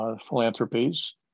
Philanthropies